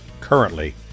currently